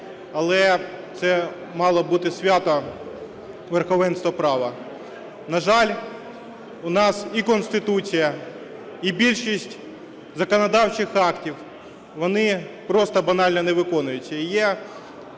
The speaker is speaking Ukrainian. але це мало бути свято верховенства права. На жаль, у нас і Конституція, і більшість законодавчих актів, вони просто банально не виконуються,